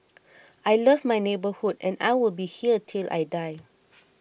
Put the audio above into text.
I love my neighbourhood and I will be here till I die